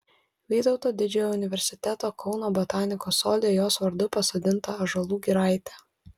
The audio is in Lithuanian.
vytauto didžiojo universiteto kauno botanikos sode jos vardu pasodinta ąžuolų giraitė